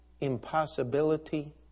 impossibility